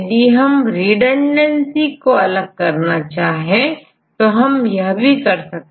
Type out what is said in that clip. यदि हम रिडंडेंसी को अलग करना चाहे तो हम यह भी कर सकते हैं